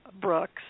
Brooks